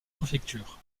préfecture